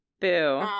Boo